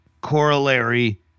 corollary